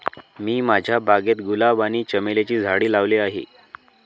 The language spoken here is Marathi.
मी माझ्या बागेत गुलाब आणि चमेलीची झाडे लावली आहे